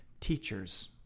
teachers